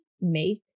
make